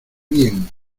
bien